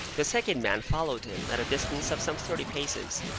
the second man followed him, at a distance of some thirty paces,